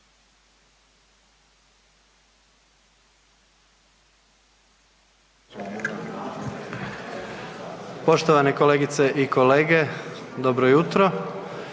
Poštovane kolegice i kolege sada ćemo